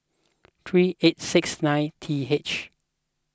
three eight six nine T H